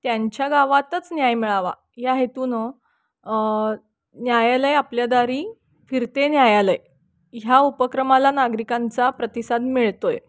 त्यांच्या गावातच न्याय मिळावा या हेतूनं न्यायालय आपल्या दारी फिरते न्यायालय ह्या उपक्रमाला नागरिकांचा प्रतिसाद मिळतो आहे